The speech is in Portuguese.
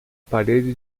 parede